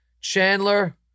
Chandler